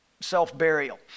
self-burial